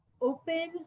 open